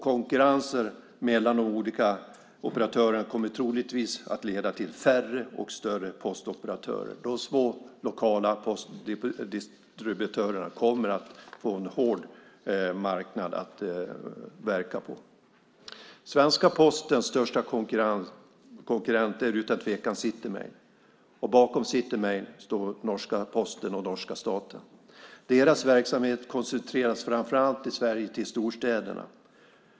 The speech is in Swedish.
Konkurrensen mellan de olika operatörerna kommer troligtvis att leda till färre och större postoperatörer. De små lokala postdistributörerna kommer att få en hård marknad att verka på. Svenska Postens största konkurrent är utan tvekan City Mail. Bakom City Mail står norska Posten och norska staten. Deras verksamhet koncentreras i Sverige framför allt till storstäderna.